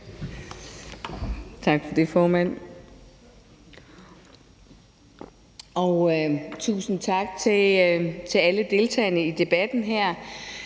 Tak for det, formand, og tusind tak til alle deltagerne i debatten her.